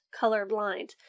colorblind